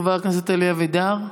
חבר הכנסת אלי אבידר.